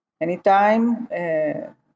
anytime